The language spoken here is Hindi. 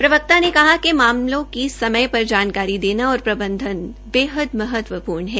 प्रवकता ने कहा कि मामलों की समय पर जानकारी देना और प्रबंधन बहुत महत्वपूर्ण है